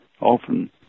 often